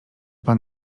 pan